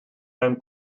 mewn